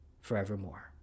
forevermore